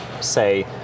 say